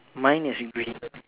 mine is green